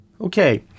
Okay